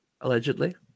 allegedly